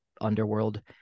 underworld